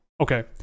okay